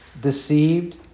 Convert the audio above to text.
deceived